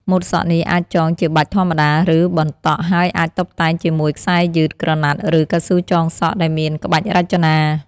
ម៉ូតសក់នេះអាចចងជាបាច់ធម្មតា ឬបណ្ដក់ ហើយអាចតុបតែងជាមួយខ្សែយឺត ក្រណាត់ ឬកៅស៊ូចងសក់ដែលមានក្បាច់រចនា។